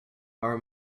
our